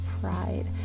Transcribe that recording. pride